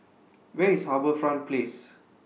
Where IS HarbourFront Place